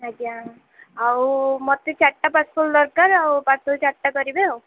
ଆଜ୍ଞା ଆଉ ମୋତେ ଚାରିଟା ପାର୍ସଲ୍ ଦରକାର ଆଉ ପାର୍ସଲ୍ ଚାରିଟା କରିବେ ଆଉ